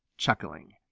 chuckling.